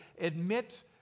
admit